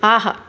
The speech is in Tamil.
ஆஹா